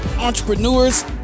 entrepreneurs